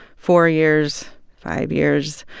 four years, five years.